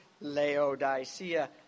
Laodicea